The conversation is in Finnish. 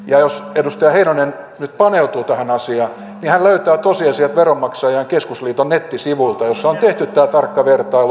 ja jos edustaja heinonen nyt paneutuu tähän asiaan niin hän löytää tosiasiat veronmaksajain keskusliiton nettisivulta missä on tehty tämä tarkka vertailu